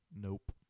Nope